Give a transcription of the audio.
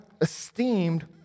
esteemed